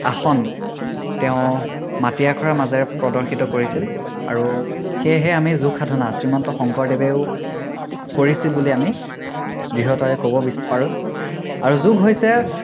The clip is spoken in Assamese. আসন তেওঁ মাটি আখৰাৰ মাজেৰে প্ৰদৰ্শিত কৰিছিল আৰু সেয়েহে আমি যোগসাধনা শ্ৰীমন্ত শংকৰদেৱেও কৰিছিল বুলি আমি দৃঢ়তাৰে ক'ব পাৰোঁ আৰু যোগ হৈছে